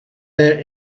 there